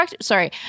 Sorry